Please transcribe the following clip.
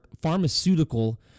pharmaceutical